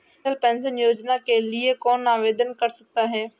अटल pension योजना के लिए कौन आवेदन कर सकता है?